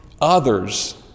others